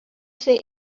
say